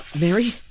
Mary